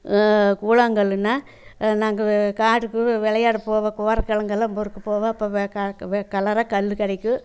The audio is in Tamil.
கூழாங்கல்லுன்னா நாங்கள் காட்டுக்கு விளையாட போக வரக் கிழங்கெல்லாம் பொறுக்க போவோம் அப்போ கலராக கல் கிடைக்கும்